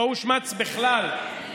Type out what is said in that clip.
לא הושמץ בכלל,